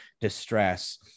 distress